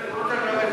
עשר דקות,